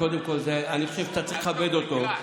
אני חושב שאתה צריך לכבד אותו.